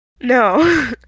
No